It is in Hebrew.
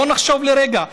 בואו נחשוב לרגע.